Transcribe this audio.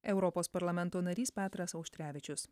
europos parlamento narys petras auštrevičius